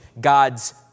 God's